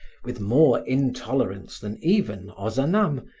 with more intolerance than even ozanam,